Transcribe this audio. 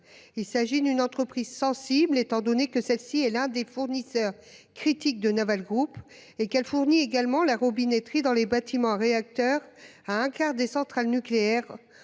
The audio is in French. Il s'agit d'une entreprise sensible, étant donné qu'elle est l'un des fournisseurs critiques de Naval Group et qu'elle fournit également la robinetterie dans les bâtiments réacteurs à un quart des centrales nucléaires